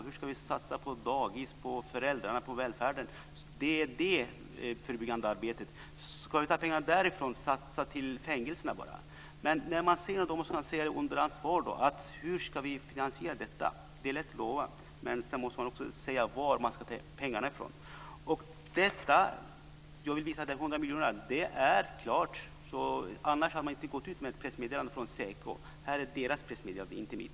Hur ska vi satsa på dagis, på föräldrarna, på välfärden? Det är också förebyggande arbete. Ska vi ta pengar därifrån och satsa på fängelserna? När man säger sådant här måste man också ta ansvaret och säga hur vi ska finansiera detta. Det är lätt att lova, men sedan måste man också säga var man ska ta pengarna. Det här med de 100 miljonerna är klart. Annars hade man inte gått ut med ett pressmeddelande från SEKO. Det är deras pressmeddelande, inte mitt.